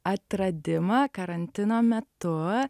atradimą karantino metu